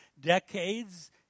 decades